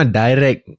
direct